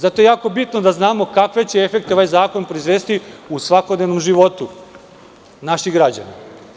Zato je jako bitno da znamo kakve će efekte ovaj zakon proizvesti u svakodnevnom životu naših građana.